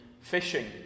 fishing